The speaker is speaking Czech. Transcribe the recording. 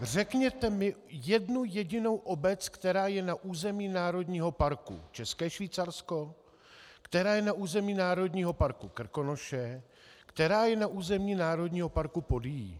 Řekněte mi jednu jedinou obec, která je na území Národního parku České Švýcarsko, která je na území Národního parku Krkonoše, která je na území Národního parku Podyjí.